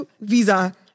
Visa